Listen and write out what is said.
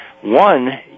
one